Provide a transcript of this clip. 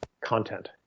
content